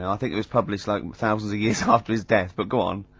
and think it was published like thousands of years after his death, but go on.